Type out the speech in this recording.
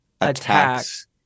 attacks